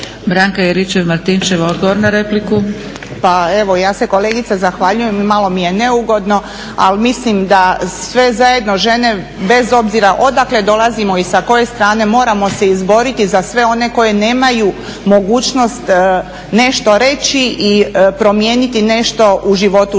**Juričev-Martinčev, Branka (HDZ)** Pa evo ja se kolegice zahvaljujem. Malo mi je neugodno, ali mislim da sve zajedno žene bez obzira odakle dolazimo i sa koje strane moramo se izboriti za sve one koje nemaju mogućnost nešto reći i promijeniti nešto u životu žena,